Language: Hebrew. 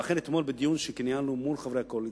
ואכן, אתמול, בדיון שקיימנו מול חברי הקואליציה,